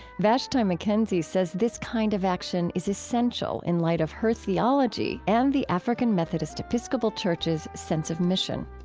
vashti mckenzie says this kind of action is essential in light of her theology and the african methodist episcopal church's sense of mission